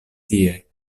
tie